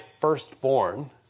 firstborn